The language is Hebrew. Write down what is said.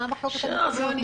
מה המחלוקת על מקום עבודה?